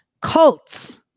cults